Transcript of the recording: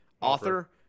author